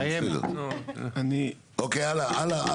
כן בסדר, אוקיי הלאה.